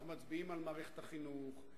אנחנו מצביעים על מערכת החינוך.